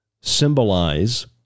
symbolize